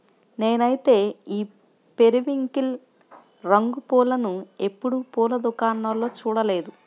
నేనైతే ఈ పెరివింకిల్ రంగు పూలను ఎప్పుడు పూల దుకాణాల్లో చూడలేదు